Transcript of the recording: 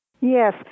Yes